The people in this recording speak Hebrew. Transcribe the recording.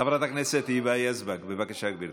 חברת הכנסת היבה יזבק, בבקשה, גברתי.